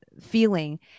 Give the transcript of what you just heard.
feeling